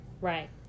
Right